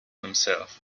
himself